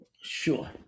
Sure